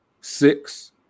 six